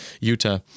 Utah